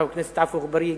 חבר הכנסת עפו אגבאריה,